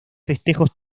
festejos